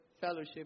fellowship